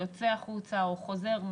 יוצא החוצה או חוזר,